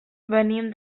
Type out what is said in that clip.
venim